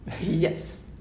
yes